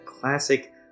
classic